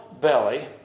belly